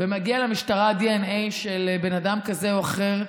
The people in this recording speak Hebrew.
ומגיע למשטרה דנ"א של בן אדם כזה או אחר,